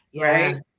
right